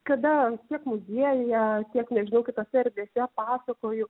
kada tiek muziejuje tiek nežinau kitose erdvėse pasakoju